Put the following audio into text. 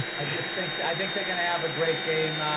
i just think, i think they're going to have a great game. a,